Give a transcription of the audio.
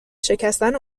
شکستن